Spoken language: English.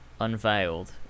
unveiled